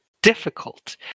difficult